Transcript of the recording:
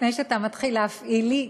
לפני שאתה מתחיל להפעיל לי,